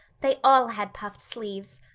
they all had puffed sleeves.